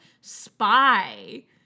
spy